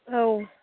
औ